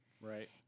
Right